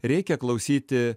reikia klausyti